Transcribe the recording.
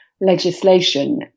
legislation